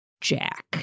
Jack